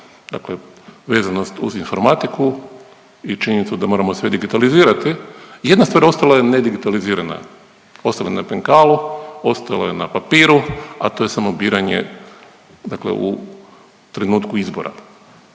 dakle vezano uz informatiku i činjenicu da moramo sve digitalizirati jedna stvar ostala je ne digitalizirana, ostalo je na penkalu, ostalo je na papiru, a to je samo biranje dakle u trenutku izbora.